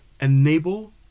enable